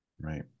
Right